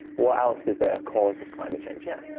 what else is a cause of climate change? yeah.